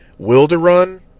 Wilderun